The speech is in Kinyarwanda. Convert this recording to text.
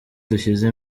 dushyize